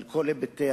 על כל היבטיה,